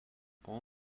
all